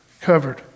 covered